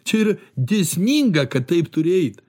čia ir dėsninga kad taip turi eit